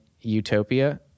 utopia